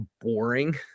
boring